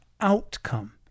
outcome